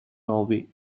norway